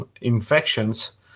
infections